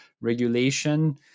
regulation